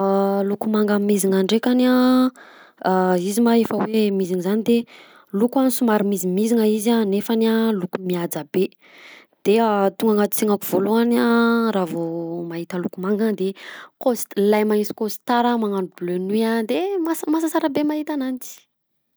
Loko manga mezina ndrekany a, a izy ma efa hoe mizina zany de loko a somary mizimizina izy a nefany a loko mihaja be de a tonga agnaty sainako voalohany a raha vao mahita loko manga cos- lelalahy magnisy costara magnano bleu nuit a de ma- masasara be mahita ananjy.